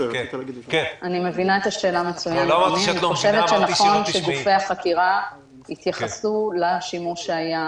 אני חושבת שנכון שגופי החקירה יתייחסו לשימוש שהיה